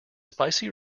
spicy